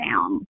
down